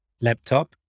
laptop